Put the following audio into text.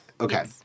okay